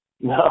No